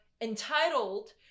entitled